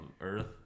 earth